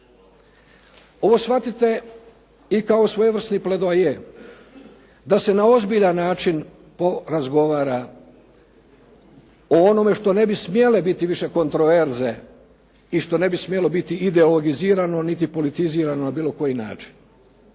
Ovo shvatite i kao svojevrsni pledoaje da se na ozbiljan način razgovara o onome što ne bi smjele biti više kontroverze i što ne bi smjelo biti ideologizirano niti politizirano na bilo koji način.